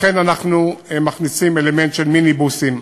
לכן אנחנו מכניסים אלמנט של מיניבוסים.